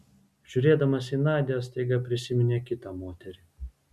žiūrėdamas į nadią staiga prisiminė kitą moterį